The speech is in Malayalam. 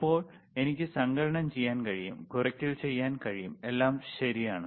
ഇപ്പോൾ എനിക്ക് സങ്കലനം ചെയ്യാൻ കഴിയും കുറയ്ക്കൽ ചെയ്യാൻ കഴിയും എല്ലാം ശരിയാണ്